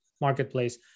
marketplace